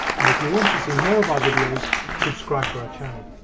and if you want to see more of our videos subscribe to our channel